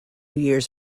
years